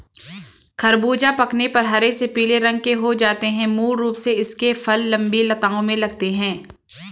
ख़रबूज़ा पकने पर हरे से पीले रंग के हो जाते है मूल रूप से इसके फल लम्बी लताओं में लगते हैं